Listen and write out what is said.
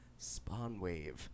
Spawnwave